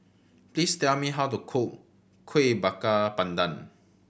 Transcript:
please tell me how to cook Kuih Bakar Pandan